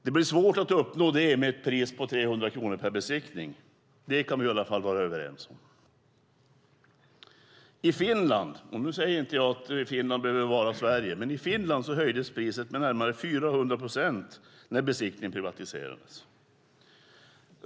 Det blir svårt att uppnå det med ett pris på 300 kronor per besiktning. Det kan vi i alla fall vara överens om. Finland är inte Sverige, men i Finland höjdes priset med närmare 400 procent när besiktningen privatiserades.